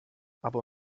aber